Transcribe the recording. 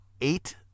eight